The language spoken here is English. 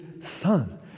son